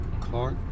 Clark